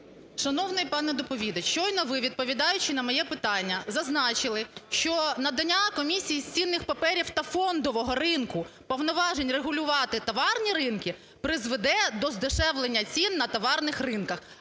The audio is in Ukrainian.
Шановний пане доповідачу, щойно ви, відповідаючи на моє питання, зазначили, що надання Комісії з цінних паперів та фондового ринку повноважень регулювати товарні ринки призведе до здешевлення цін на товарних ринках.